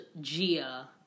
Gia